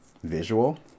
Visual